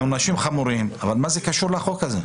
העונשים חמורים אבל מה זה קשור לחוק הזה?